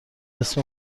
اسم